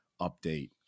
update